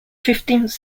fifteenth